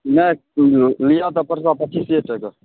नहि लिअऽ तऽ पड़तऽ पच्चीसे टके